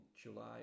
July